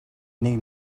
нэг